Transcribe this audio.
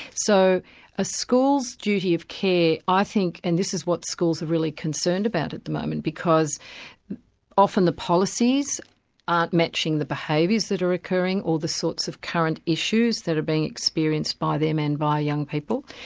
so a school's duty of care, i think, and this is what schools are really concerned about at the moment, because often the policies aren't matching the behaviours that are occurring or the sorts of current issues that are being experienced by them and by young people.